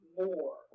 more